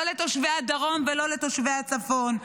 לא לתושבי הדרום ולא לתושבי הצפון.